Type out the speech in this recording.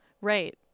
Right